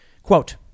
Quote